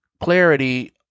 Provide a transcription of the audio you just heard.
clarity